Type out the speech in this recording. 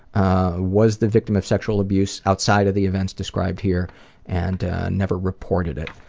was the victim of sexual abuse outside of the events described here and never reported it.